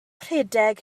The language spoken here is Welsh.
rhedeg